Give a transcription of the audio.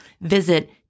Visit